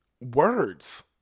words